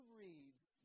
reads